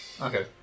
Okay